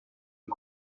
des